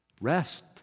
Rest